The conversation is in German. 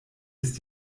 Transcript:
ist